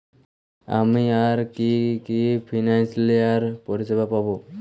আমি আর কি কি ফিনান্সসিয়াল পরিষেবা পাব?